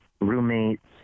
roommates